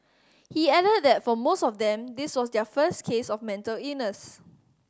he added that for most of them this was their first case of mental illness